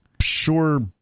sure